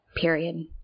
period